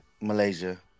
Malaysia